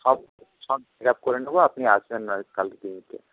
সব সব checkup করে নেব আপনি আসবেন না কালকে ক্লিনিকে